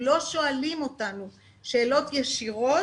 אם לא שואלים אותנו שאלות ישירות,